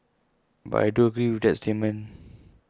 but I do agree with that statement